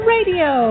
Radio